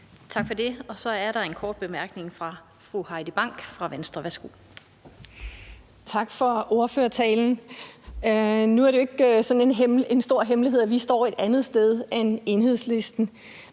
Tak for det. Og så er der en kort bemærkning fra fru Heidi Bank fra Venstre. Værsgo. Kl. 16:36 Heidi Bank (V): Tak for ordførertalen. Nu er det jo ikke sådan en stor hemmelighed, at vi står et andet sted end Enhedslisten.